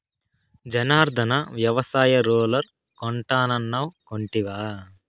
జనార్ధన, వ్యవసాయ రూలర్ కొంటానన్నావ్ కొంటివా